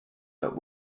but